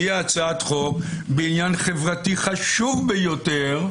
תהיה הצעת חוק בעניין חברתי חשוב ביותר,